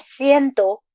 siento